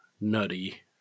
nutty